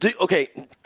Okay